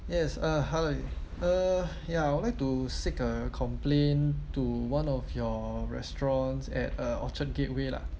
yes uh hi uh ya I would like to seek a complaint to one of your restaurants at uh orchard gateway lah